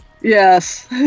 yes